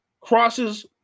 crosses